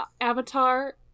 Avatar